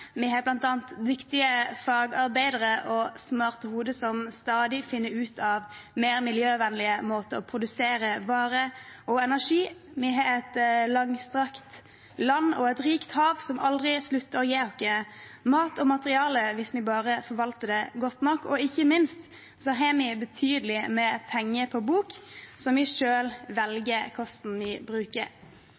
Vi har bl.a. dyktige fagarbeidere og smarte hoder som stadig finner mer miljøvennlige måter å produsere varer og energi på. Vi har et langstrakt land og et rikt hav som aldri slutter å gi oss mat og materiale hvis vi bare forvalter det godt nok. Ikke minst har vi betydelig med penger på bok, som vi selv velger hvordan vi bruker.